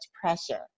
pressure